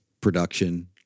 production